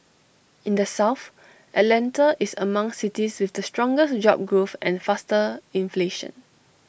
in the south Atlanta is among cities with the strongest job growth and faster inflation